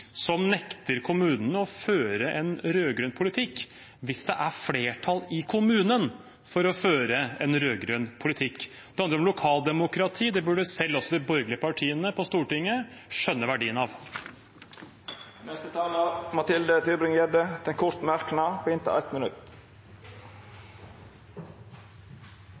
som nekter kommunene å føre en rød-grønn politikk hvis det er flertall i kommunen for å føre en rød-grønn politikk. Det handler om lokaldemokrati. Det burde selv de borgerlige partiene på Stortinget skjønne verdien av. Representanten Mathilde Tybring-Gjedde har hatt ordet to gonger tidlegare og får ordet til ein kort merknad, avgrensa til 1 minutt.